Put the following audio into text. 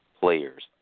players